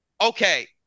Okay